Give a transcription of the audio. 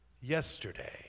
yesterday